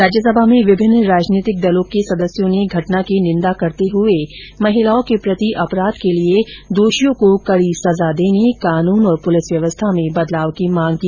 राज्यसभा में विभिन्न राजनीतिक दलों के सदस्यों ने घटना की निन्दा करते हुए महिलाओं के प्रति अपराध के लिए दोषियों को कड़ी सजा देने कानून और पुलिस व्यवस्था में बदलाव की मांग की